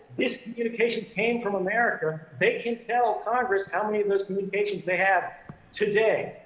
this communication came from america, they can tell congress how many of those communications they have today,